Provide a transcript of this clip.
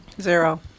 Zero